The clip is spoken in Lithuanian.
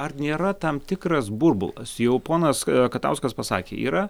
ar nėra tam tikras burbulas jau ponas katauskas pasakė yra